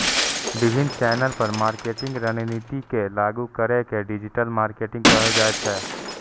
विभिन्न चैनल पर मार्केटिंग रणनीति के लागू करै के डिजिटल मार्केटिंग कहल जाइ छै